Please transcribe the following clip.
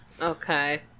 Okay